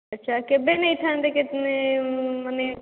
ଆଚ୍ଛା କେବେ ନେଇଥାନ୍ତେ ମାନେ